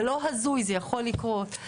זה לא הזוי זה יכול לקרות.